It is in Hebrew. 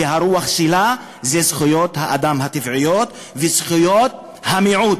והרוח שלה היא זכויות האדם הטבעיות וזכויות המיעוט.